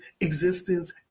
existence